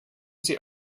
sie